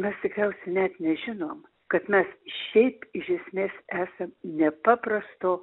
mes tikriausiai net nežinom kad mes šiaip iš esmės esam nepaprasto